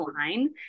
Line